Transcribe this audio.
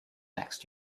next